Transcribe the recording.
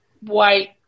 white